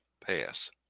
pass